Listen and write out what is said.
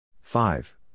Five